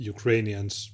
Ukrainians